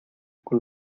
con